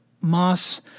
Moss